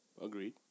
Agreed